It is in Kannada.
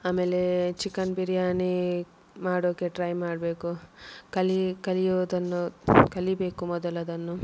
ಆಮೇಲೆ ಚಿಕನ್ ಬಿರ್ಯಾನಿ ಮಾಡೋಕ್ಕೆ ಟ್ರೈ ಮಾಡ್ಬೇಕು ಕಲಿ ಕಲಿಯೋದನ್ನು ಕಲಿಯಬೇಕು ಮೊದಲದನ್ನು